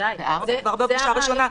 כבר בפגישה הראשונה,